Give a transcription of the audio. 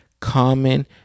Common